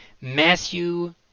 matthew